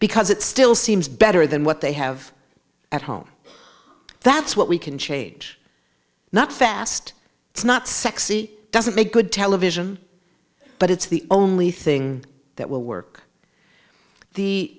because it still seems better than what they have at home that's what we can change not fast it's not sexy it doesn't make good television but it's the only thing that will work the